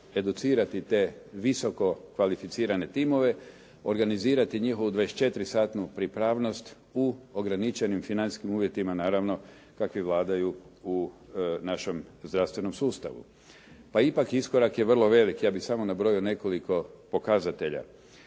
educirati te visoko kvalificirane timove, organizirati njihovu 24 satnu pripravnost u ograničenim financijskim uvjetima, naravno kakvi vladaju u našem zdravstvenom sustavu. Pa ipak iskorak je vrlo veliki. Ja bih samo nabrojio nekoliko pokazatelja.